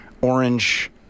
orange